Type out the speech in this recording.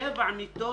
שבע מיטות,